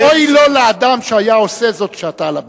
אוי לו לאדם שהיה עושה זאת כשאתה על הבמה.